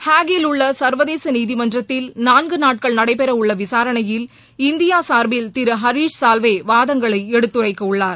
ஹேகில் உள்ள சர்வதேச நீதிமன்றத்தில் நான்கு நாட்கள் நடைபெறவுள்ள விசாரணையில் இந்தியா சார்பில் திரு ஹரீஷ் சால்வே வாதங்களை எடுத்துரைக்கவுள்ளார்